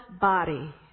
body